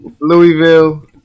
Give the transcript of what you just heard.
Louisville